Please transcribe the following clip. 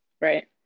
right